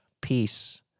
peace